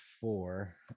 four